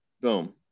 Boom